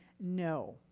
no